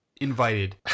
invited